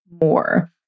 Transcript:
more